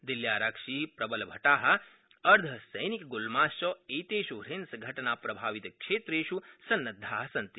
दिल्ल्यारक्षिप्रबलभटा अर्द्वसैनिकगुल्माश्च एतेष् हिंद्रघटनाप्रभावितक्षेत्रेष् सन्नद्धाः सन्ति